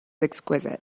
exquisite